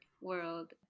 world